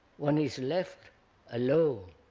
one is left alone.